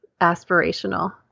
aspirational